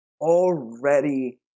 already